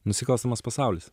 nusikalstamas pasaulis